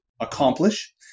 accomplish